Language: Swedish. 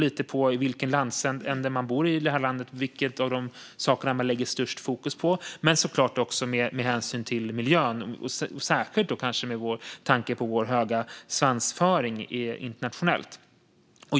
Vilken av sakerna man lägger störst fokus på beror lite på vilken landsända man bor i. Såklart finns också hänsyn till miljön, särskilt med tanke på vår höga svansföring internationellt.